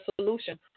solution